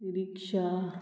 rickshaw